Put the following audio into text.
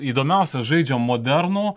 įdomiausia žaidžia modernų